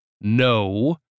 No